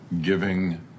Giving